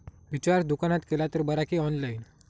Recharge दुकानात केला तर बरा की ऑनलाइन?